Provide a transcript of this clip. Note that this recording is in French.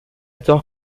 tort